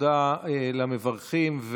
תודה למברכים.